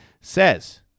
says